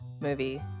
movie